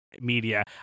media